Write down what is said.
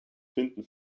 finden